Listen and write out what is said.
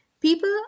people